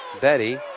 Betty